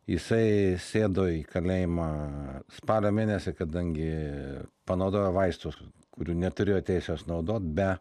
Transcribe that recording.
jisai sėdo į kalėjimą spalio mėnesį kadangi panaudojo vaistus kurių neturėjo teisės naudot be